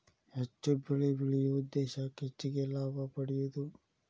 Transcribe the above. ಹೆಚ್ಚು ಬೆಳಿ ಬೆಳಿಯು ಉದ್ದೇಶಾ ಹೆಚಗಿ ಲಾಭಾ ಪಡಿಯುದು